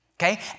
Okay